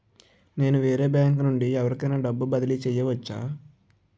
నేను వేరే బ్యాంకు నుండి ఎవరికైనా డబ్బు బదిలీ చేయవచ్చా?